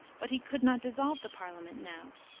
but he could not dissolve the parliament now.